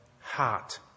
heart